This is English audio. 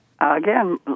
again